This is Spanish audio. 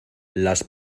las